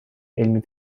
علمی